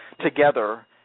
together